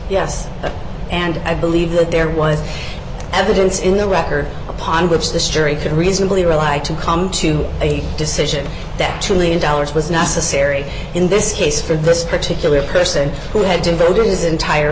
yes and i believe that there was evidence in the record upon which the story could reasonably relied to come to a decision that two million dollars was necessary in this case for this particular person who had devoted his entire